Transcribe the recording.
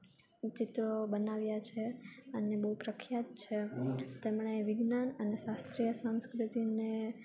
ચિત્રો બનાવ્યાં છે અને બહુ પ્રખ્યાત છે તેમણે એ વિજ્ઞાન અને શાસ્ત્રીય સંસ્કૃતિને